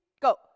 Go